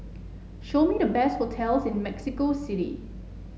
show me the best hotels in Mexico City